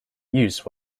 use